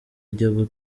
iya